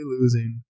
losing